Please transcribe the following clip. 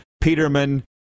Peterman